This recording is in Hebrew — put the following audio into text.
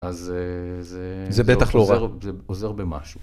אז זה זה...זה בטח לא רע, זה עוזר במשהו.